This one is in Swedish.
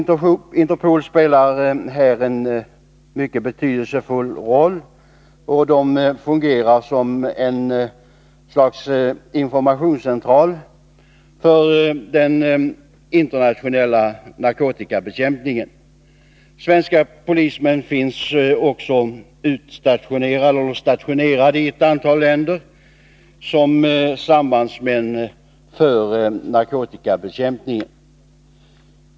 Interpol spelar här en mycket betydelsefull roll och fungerar som ett slags informationscentral för den internationella narkotikabekämpningen. Svenska polismän finns också stationerade i ett antal länder som sambandsmän för narkotikabekämpningen.